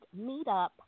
meetup